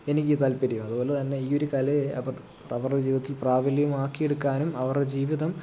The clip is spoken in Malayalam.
എനിക്ക് താല്പര്യം അതുപോലെ തന്നെ ഈ ഒരു കലയെ അവരുടെ അവരുടെ ജീവിതത്തിൽ പ്രാബല്യവും ആക്കിയെടുക്കാനും അവരുടെ ജീവിതം